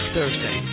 Thursday